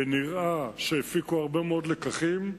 ונראה שהפיקו הרבה מאוד לקחים.